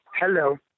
Hello